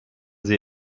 sie